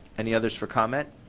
any others for comment?